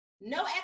No